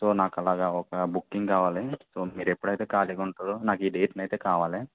so నాకు అలాగ ఒక బుకింగ్ కావాలి సో మీరు ఎప్పుడు అయితే ఖాళీగా ఉంటారో నాకు ఈ డేట్కు అయితే కావాలి